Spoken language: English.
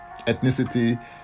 ethnicity